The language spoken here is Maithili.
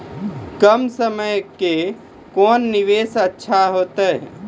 कम समय के कोंन निवेश अच्छा होइतै?